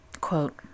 Quote